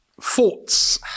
Thoughts